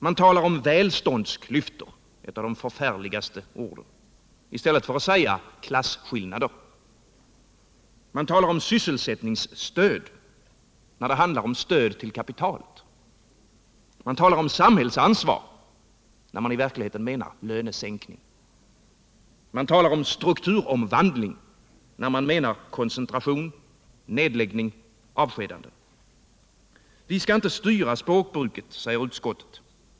Man talar om välståndsklyftor — ett av de förfärligaste orden — i stället för att säga klasskillnader. Man talar om sysselsättningsstöd när det handlar om stöd till kapitalet. Man talar om samhällsansvar när man i verkligheten menar lönesänkning. Man talar om strukturomvandling när man menar koncentration, nedläggning och avskedanden. Vi skall inte styra språkbruket, säger utskottet.